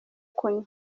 kunywa